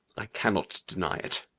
i cannot deny it.